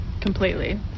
completely